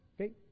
Okay